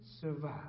survive